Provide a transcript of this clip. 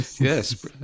Yes